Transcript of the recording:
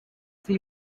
see